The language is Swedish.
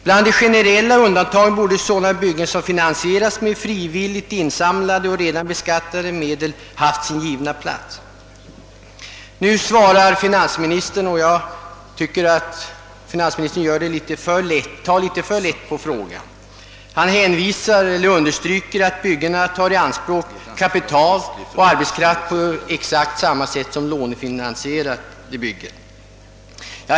Bland de generella undantagen borde sådana byggen som finansieras med frivilligt insamlade och redan beskattade medel ha sin givna plats. Jag tycker att finansministern tar litet för lätt på frågan när han hänvisar till att byggena tar i anspråk kapital och arbetskraft på exakt samma sätt som lånefinansierade byggen.